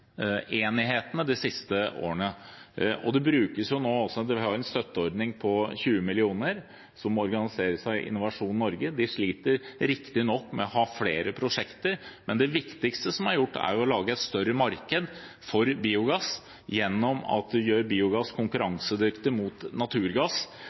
de siste årene. Vi har en støtteordning på 20 mill. kr som organiseres av Innovasjon Norge. De sliter riktignok med å ha flere prosjekter, men det viktigste som er gjort, er å lage et større marked for biogass gjennom å gjøre biogass